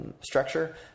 structure